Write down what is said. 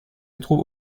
trouve